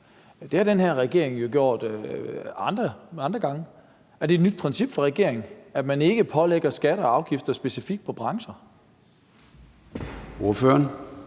Det har den her regering jo gjort andre gange. Er det et nyt princip for regeringen, at man ikke pålægger skatter og afgifter specifikt på brancher?